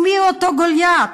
ומיהו אותו גוליית?